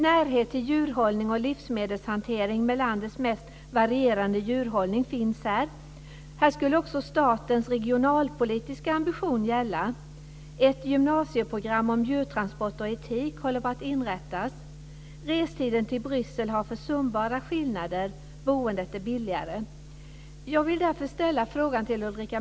Närhet till djurhållning och livsmedelshantering med landets mest varierande djurhållning finns här. Här skulle också statens regionalpolitiska ambition gälla. Ett gymnasieprogram om djurtransporter och etik håller på att inrättas. Restiden till Bryssel har försumbara skillnader. Boendet är billigare.